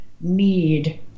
need